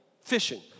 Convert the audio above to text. fishing